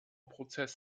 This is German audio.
prozess